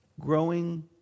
growing